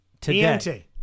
Today